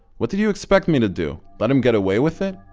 what did you expect me to do? let him get away with it?